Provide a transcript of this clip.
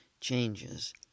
changes